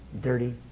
Dirty